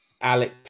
Alex